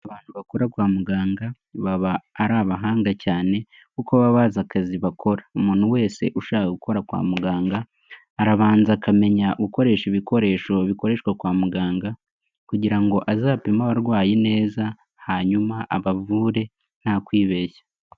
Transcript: Abantu bakora kwa muganga baba ari abahanga cyane, kuko baba bazi akazi bakora. Umuntu wese ushaka gukora kwa muganga, arabanza akamenya gukoresha ibikoresho bikoreshwa kwa muganga, kugira ngo azapime abarwayi neza hanyuma abavure nta kwibeshya.